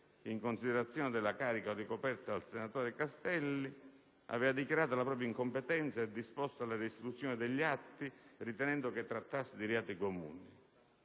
in considerazione della carica ricoperta dal senatore Castelli nel Governo, aveva dichiarato la propria incompetenza e disposto la restituzione degli atti, ritenendo che si trattasse di reati comuni».